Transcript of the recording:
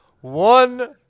One